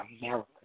America